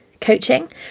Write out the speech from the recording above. Coaching